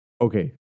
Okay